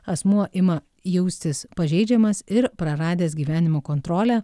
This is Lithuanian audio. asmuo ima jaustis pažeidžiamas ir praradęs gyvenimo kontrolę